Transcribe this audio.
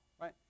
right